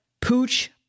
Pooch